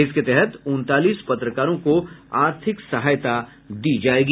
इसके तहत उनतालीस पत्रकारों को आर्थिक सहायता दिया जायेगा